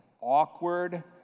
awkward